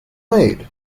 made